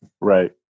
Right